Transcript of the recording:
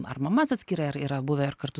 ar mamas atskirai yra buvę ir kartu